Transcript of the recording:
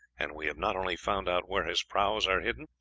and we have not only found out where his prahus are hidden,